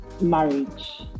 marriage